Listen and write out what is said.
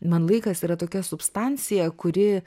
man laikas yra tokia substancija kuri